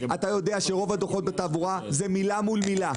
אתה יודע שרוב הדוחות בתעבורה זה מילה מול מילה.